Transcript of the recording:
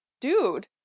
dude